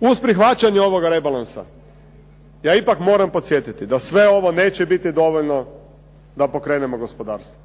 Uz prihvaćanje ovog rebalansa ja ipak moram podsjetiti da sve ovo neće biti dovoljno da pokrenemo gospodarstvo.